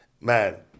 Man